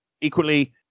equally